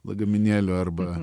lagaminėliu arba